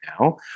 now